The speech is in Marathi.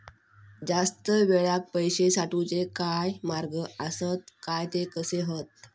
जास्त वेळाक पैशे साठवूचे काय मार्ग आसत काय ते कसे हत?